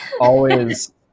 always-